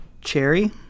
Cherry